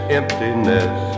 emptiness